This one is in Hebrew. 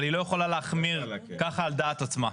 אבל היא לא יכולה להחמיר ככה על דעת עצמה.